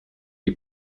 die